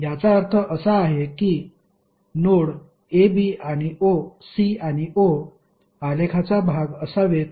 याचा अर्थ असा आहे की नोड a b c आणि o आलेखाचा भाग असावेत